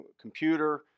computer